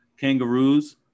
Kangaroos